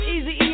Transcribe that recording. Easy